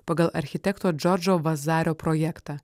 pagal architekto džordžo vazario projektą